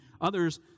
others